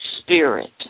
spirit